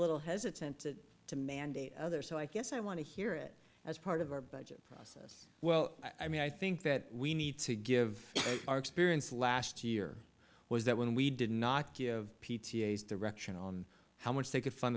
little hesitant to mandate other so i guess i want to hear it as part of our budget process well i mean i think that we need to give our experience last year was that when we did not give p t a s direction on how much they could fund